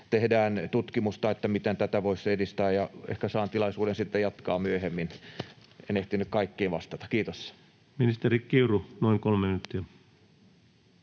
tehdään tutkimusta siitä, miten tätä voisi edistää. Ehkä saan tilaisuuden sitten jatkaa myöhemmin. En ehtinyt kaikkiin vastata. — Kiitos. Ministeri Kiuru, noin 3 minuuttia.